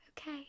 Okay